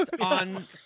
on